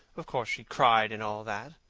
of course, she cried and all that.